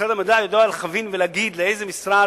משרד המדע יודע להכווין ולומר לאיזה משרד,